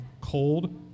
cold